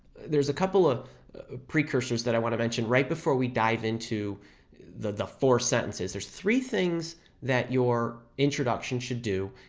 there's a couple of precursors that i want to mention right before we dive into the the four sentences. there's three things that your introduction should do,